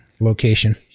location